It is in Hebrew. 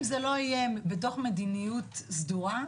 אם זה לא יהיה בתוך מדיניות סדורה,